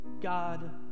God